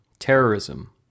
terrorism